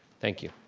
thank you.